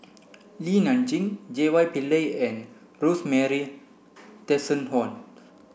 Li Nanxing J Y Pillay and Rosemary Tessensohn